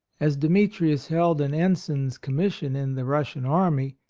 as demetrius held an ensign's com mission in the russian army,